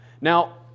Now